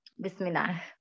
Bismillah